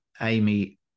Amy